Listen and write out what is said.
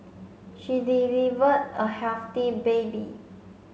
she delivered a healthy baby